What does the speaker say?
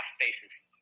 spaces